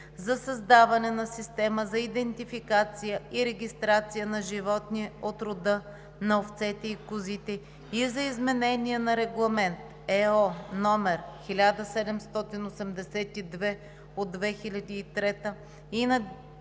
за създаване на система за идентификация и регистрация на животни от рода на овцете и козите и за изменение на Регламент (ЕО) № 1782/2003 и на